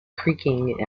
creaking